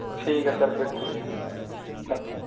ਠੀਕ ਹੈ ਸਰ ਬਿਲਕੁਲ ਜੀ ਹਾਂਜੀ